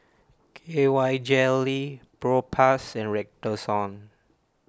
K Y Jelly Propass and Redoxon